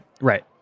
Right